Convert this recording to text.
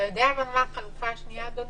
אתה יודע מה החלופה השנייה, אדוני?